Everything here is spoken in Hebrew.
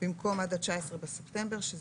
במקום "י"ג בתשרי התשפ"ב (19 בספטמבר 2021)",